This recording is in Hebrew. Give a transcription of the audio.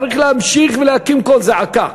צריך להמשיך ולהקים קול זעקה.